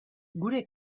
gure